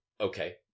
Okay